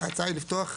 ההצעה היא לפתוח,